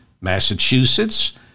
Massachusetts